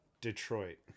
Detroit